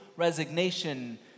resignation